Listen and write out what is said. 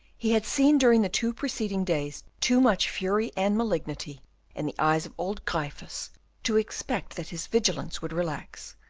he had seen during the two preceding days too much fury and malignity in the eyes of old gryphus to expect that his vigilance would relax,